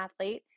athlete